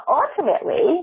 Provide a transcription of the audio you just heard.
ultimately